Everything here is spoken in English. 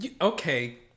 Okay